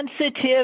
sensitive